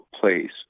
place